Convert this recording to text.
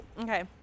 Okay